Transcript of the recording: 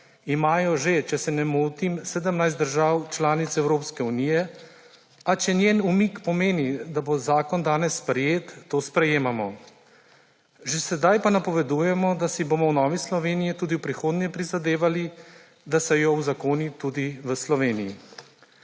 Imajo že, če se ne motim, 17 držav članic Evropske unije, a če njen umik pomeni, da bo zakon danes sprejet, to sprejemamo. Že sedaj pa napovedujemo, da si bomo v Novi Sloveniji tudi v prihodnje prizadevali, da se jo uzakoni tudi v Sloveniji.